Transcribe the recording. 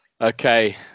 okay